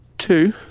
Two